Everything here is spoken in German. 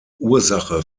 ursache